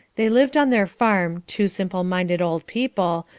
they lived on their farm, two simple-minded old people,